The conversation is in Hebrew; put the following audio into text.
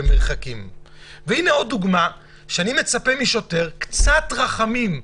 זאת דוגמה למצב שבו אני מצפה משוטר לקצת רחמים.